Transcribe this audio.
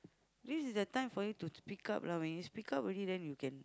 this is the time for you to speak up lah when you speak up already then you can